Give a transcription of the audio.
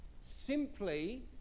simply